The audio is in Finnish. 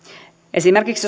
esimerkiksi